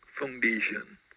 foundation